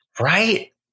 right